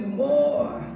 more